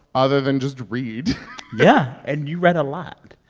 other than just read yeah, and you read a lot.